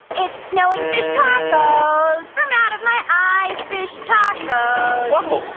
it's snowing fish tacos from out of my eyes, fish tacos whoa.